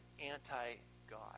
anti-God